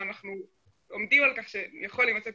ואנחנו עומדים על כך שיכול להימצא פתרון,